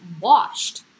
washed